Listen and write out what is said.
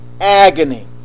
agony